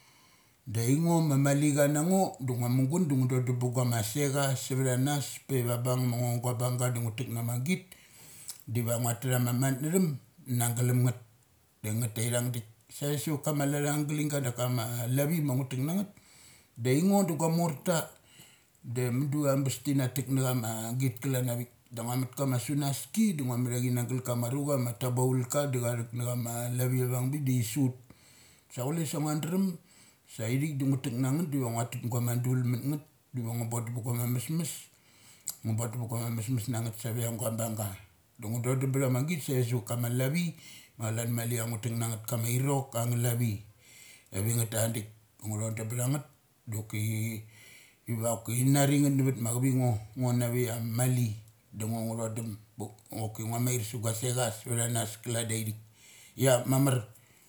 Da aingo ma malichanango do ngua mugun do ngo dodum ba guma secha secthanas peva bung amngo gua bung ga ngu tek nama git diva nguat kaam matnathum na glum ngeth da ngeth taithungdik. Save sa vat kama alat ang glingga da kama ma ngu tek na ngeth da aingo da guamorta da mudu abes tina tekacha ma git kalanavik. Da ngu mut kama sunaski da ngu mahachi na gal kama rucha ma tabaulka da cha thek na chama lavi avang bik da chi su ut. Sa chule sa ngua drum saithik du ngu tek na ngeth divo ngna tet guma dul munngeth. Ngu dondumpa guama mesmes ngu bondum ba guangnga mes mes na ngeth save ia guabunga. Do ngu dondum btha ma git save savat ka ma lavi macalan mali ia ngo tek na ngeth. Kama irok angnga tha lavi. Kivi ngeth undikongu thodumbtha ngeth oki in nari ngeth navat ma chavingo. Ngona veia mali do ngo nguthodum pa choki pa choki ngus mair sa gu asecha sevtha nas kia daithik. Ia mamar